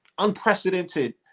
unprecedented